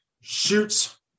shoots